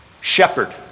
Shepherd